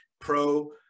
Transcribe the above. pro